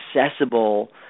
accessible